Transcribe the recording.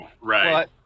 right